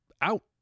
out